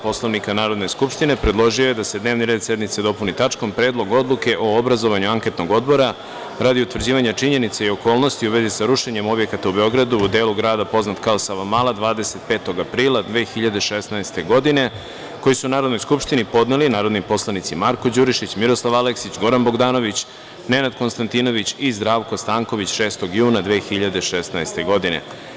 Poslovnika Narodne skupštine, predložio je da se dnevni red sednice dopuni tačkom – Predlog odluke o obrazovanju anketnog odbora radi utvrđivanja činjenica i okolnosti u vezi sa rušenjem objekata u Beogradu u delu grada poznat kao „Savamala“ 25. aprila 2016. godine, koji su Narodnoj skupštini podneli narodni poslanici Marko Đurišić, Goran Bogdanović, Miroslav Aleksić, Nenad Konstantinović i Zdravko Stanković 6. juna 2016. godine.